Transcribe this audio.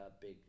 big